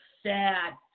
sad